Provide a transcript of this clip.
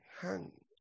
hang